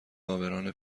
عابران